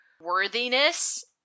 worthiness